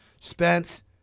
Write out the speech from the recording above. Spence